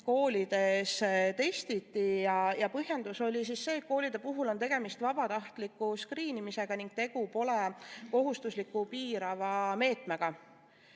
koolides testitakse. Põhjendus oli see, et koolide puhul on tegemist vabatahtliku skriinimisega. Tegu pole kohustusliku piirava meetmega,